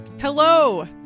Hello